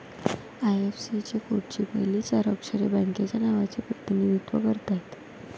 IFSC कोडची पहिली चार अक्षरे बँकेच्या नावाचे प्रतिनिधित्व करतात